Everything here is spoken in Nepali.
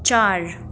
चार